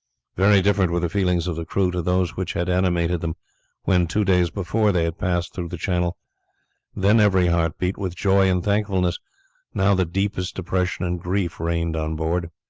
very different were the feelings of the crew to those which had animated them when, two days before, they had passed through the channel then every heart beat with joy and thankfulness now the deepest depression and grief reigned on board.